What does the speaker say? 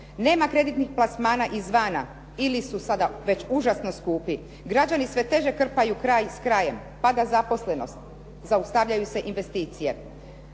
Nema kreditnih plasmana izvana ili su sada već užasno skupi. Građani sve teže krpaju kraj s krajem, pada zaposlenost, zaustavljaju se investicije.